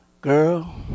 girl